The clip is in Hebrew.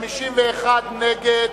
נגד,